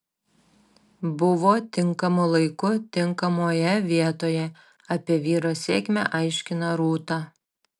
buvo tinkamu laiku tinkamoje vietoje apie vyro sėkmę aiškina rūta